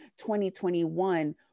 2021